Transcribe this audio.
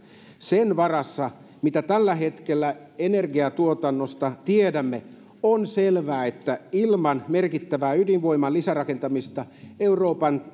sen varassa mitä tällä hetkellä energiantuotannosta tiedämme on selvää että ilman merkittävää ydinvoiman lisärakentamista euroopan